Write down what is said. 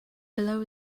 below